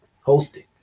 hosting